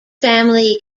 family